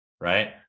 right